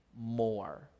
more